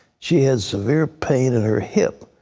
she had severe pain in her hip.